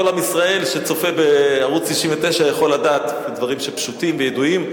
כל עם ישראל שצופה בערוץ-99 יכול לדעת דברים שפשוטים וידועים,